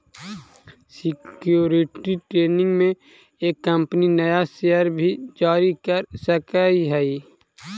security training में एक company नया शेयर भी जारी कर सकऽ हई